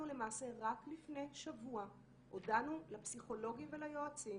אנחנו למעשה רק לפני שבוע הודענו לפסיכולוגים וליועצים